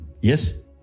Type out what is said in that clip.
Yes